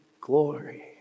glory